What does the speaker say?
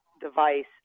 device